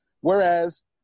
Whereas